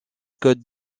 codes